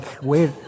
wait